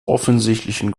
offensichtlichen